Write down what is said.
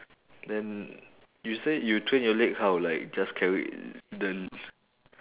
then you say you train your leg how like just carry the